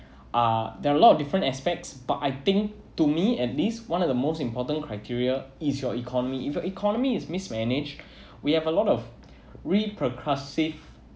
uh there are a lot of different aspects but I think to me at least one of the most important criteria is your economy if your economy is mismanaged we have a lot of repercussive